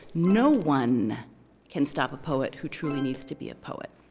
no one can stop a poet who truly needs to be a poet,